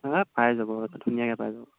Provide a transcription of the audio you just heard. হয় পাই যাব ধুনীয়াকৈ পাই যাব